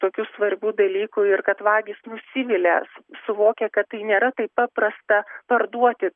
tokių svarbių dalykų ir kad vagys nusivilia suvokę kad tai nėra taip paprasta parduoti